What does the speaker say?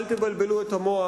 אל תבלבלו את המוח.